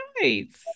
nice